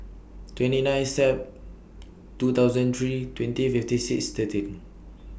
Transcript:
twenty nine Sep two thousand three twenty fifty six thirteen